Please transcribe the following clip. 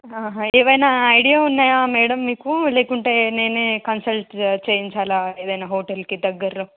ఏమైన ఐడియా ఉన్నాయా మేడమ్ మీకు లేకుంటే నేను కన్సల్ట్ చేయించాల ఏదైన హోటల్కి దగ్గరలో